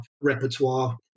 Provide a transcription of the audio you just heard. repertoire